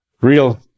real